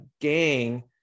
gang